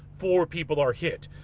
four people are hit.